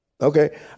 Okay